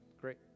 Great